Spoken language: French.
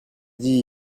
dit